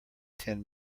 ten